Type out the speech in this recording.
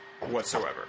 whatsoever